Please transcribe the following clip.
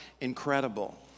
incredible